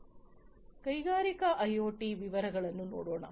ಕೈಗಾರಿಕಾ ಐಒಟಿಯ ವಿವರಗಳನ್ನು ನೋಡೋಣ